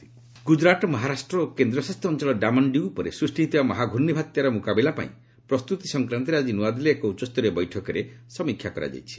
NCMC cyclone Gujarat Maharashtra ଓ କେନ୍ଦ୍ରଶାସିତ ଅଞ୍ଚଳ ଡାମନ୍ଡ୍ୟ ଉପରେ ସୃଷ୍ଟି ହୋଇଥିବା ମହା ପ୍ରର୍ଷ୍ଣ ବାତ୍ୟାର ମୁକାବିଲା ପାଇଁ ପ୍ରସ୍ତୁତି ସଂକ୍ରାନ୍ତରେ ଆକି ନ୍ତଆଦିଲ୍ଲୀରେ ଏକ ଉଚ୍ଚସ୍ତରୀୟ ବୈଠକରେ ସମୀକ୍ଷା କରାଯାଇଛି